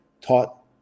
taught